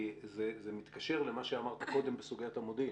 כי זה מתקשר למה שאמרת קודם בסוגיית המודיעין.